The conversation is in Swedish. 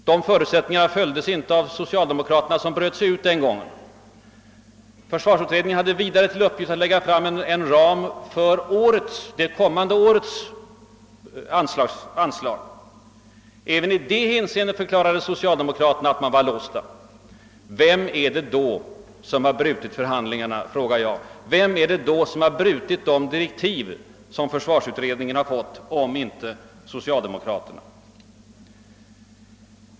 De förutsättningarna följdes inte av socialdemokraterna som bröt sig ut i december 1966. Försvarsutredningen hade sedan till uppgift att lägga fram en ram för nästa budgetårs anslag. Äver nu i december 1967 förklarade social demokraterna att de var låsta. Ven har brutit förhandlingarna, vem ha brutit de direktiv, som försvarsutredningen fått, om inte socialdemokraterna?